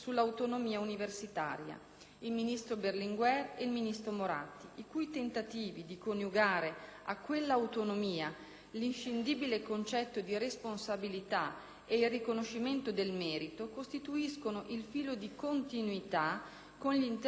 il ministro Berlinguer e il ministro Moratti, i cui tentativi di coniugare a quell'autonomia l'inscindibile concetto di responsabilità e il riconoscimento del merito costituiscono il filo di continuità con gli interventi che intendo promuovere;